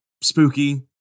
spooky